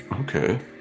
okay